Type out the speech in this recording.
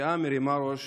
הפשיעה מרימה ראש